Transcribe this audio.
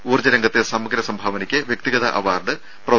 ഊർജ്ജ രംഗത്തെ സമഗ്ര സംഭാവനയ്ക്ക് വ്യക്തിഗത അവാർഡ് പ്രൊഫ